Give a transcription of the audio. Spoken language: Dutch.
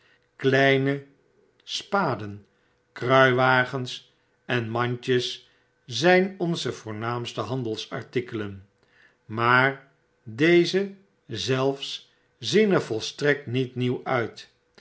kleine spadln kruiwagens en mandjes zyn onze voornaamste handelsartikelen maar deze zelfs zien er volstrekt niet nieuw uit